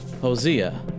Hosea